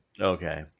Okay